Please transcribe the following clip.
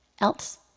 else